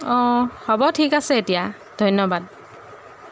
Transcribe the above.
অঁ হ'ব ঠিক আছে এতিয়া ধন্যবাদ